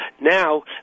Now